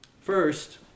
First